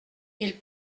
ils